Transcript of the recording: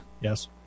Yes